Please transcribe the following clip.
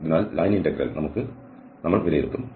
അതിനാൽ line integral നമ്മൾ വിലയിരുത്തും